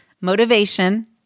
motivation